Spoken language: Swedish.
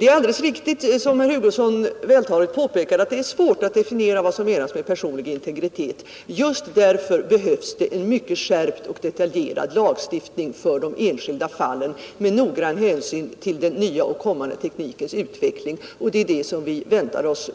Det är alldeles riktigt som herr Hugosson vältaligt påpekade att det är svårt att definiera vad som menas med personlig integritet. Just därför behövs en mycket skärpt och detaljerad lagstiftning för de enskilda fallen där noggrann hänsyn tas till den nya och kommande teknikens utveckling. Det är förslag till en sådan lag vi väntar att